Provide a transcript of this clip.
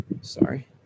Sorry